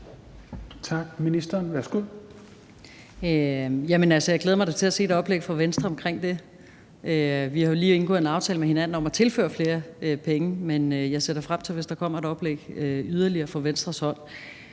jeg glæder mig da til at se et oplæg fra Venstre omkring det. Vi har jo lige indgået en aftale med hinanden om at tilføre flere penge, men jeg ser da frem til det, hvis der kommer et oplæg yderligere fra Venstres hånd.